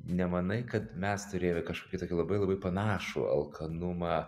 nemanai kad mes turėjome kažkokį tokį labai labai panašų alkanumą